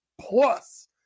plus